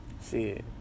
See